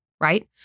right